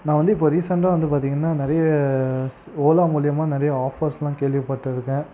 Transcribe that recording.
நான் வந்து இப்போ ரீசென்ட்டாக வந்து பார்த்திங்கன்னா நிறைய ஓலா மூலயமா நிறைய ஆஃபர்ஸ்லாம் கேள்வி பட்டிருக்கன்